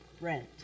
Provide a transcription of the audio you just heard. rent